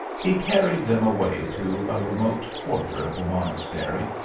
he carried them away to a remote quarter of the monastery,